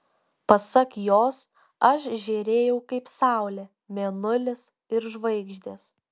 pasak jos aš žėrėjau kaip saulė mėnulis ir žvaigždės